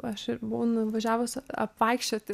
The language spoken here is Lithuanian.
aš ir buvau nuvažiavusi apvaikščioti